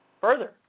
further